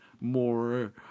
more